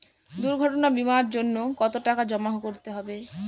দুর্ঘটনা বিমার জন্য কত টাকা জমা করতে হবে?